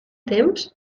temps